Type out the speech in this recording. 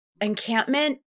encampment